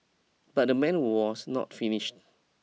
but the man was not finished